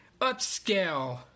upscale